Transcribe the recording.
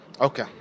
Okay